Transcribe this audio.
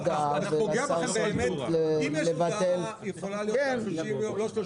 אם יש הודעה היא יכולה להיות גם ל-30 ימים,